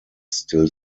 still